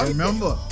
Remember